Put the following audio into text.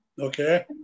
okay